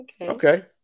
Okay